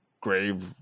grave